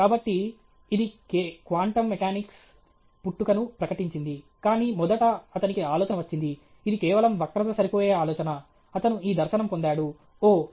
కాబట్టి ఇది quantum mechanics పుట్టుకను ప్రకటించింది కానీ మొదట అతనికి ఆలోచన వచ్చింది ఇది కేవలం వక్రత సరిపోయే ఆలోచన అతను ఈ దర్శనం పొందాడు ఓహ్